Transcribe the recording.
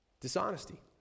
Dishonesty